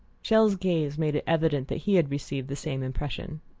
chelles' gaze made it evident that he had received the same impression.